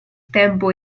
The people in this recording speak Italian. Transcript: tempo